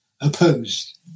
opposed